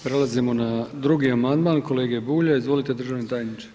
Prelazimo na 2. amandman kolege Bulja, izvolite državni tajniče.